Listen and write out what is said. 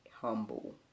humble